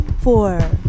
four